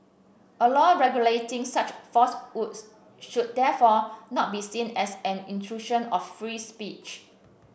a law regulating such falsehoods should therefore not be seen as an incursion of free speech